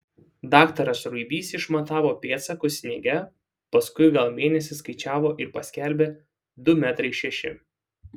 daktaras ruibys išmatavo pėdsakus sniege paskui gal mėnesį skaičiavo ir paskelbė du metrai šeši